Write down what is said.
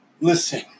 Listen